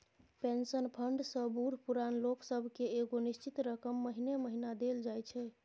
pension fund सँ बूढ़ पुरान लोक सब केँ एगो निश्चित रकम महीने महीना देल जाइ छै